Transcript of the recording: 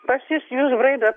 pas jus jūs braidot po